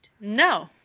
No